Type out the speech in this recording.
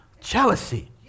Jealousy